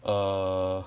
err